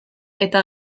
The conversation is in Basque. eta